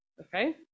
okay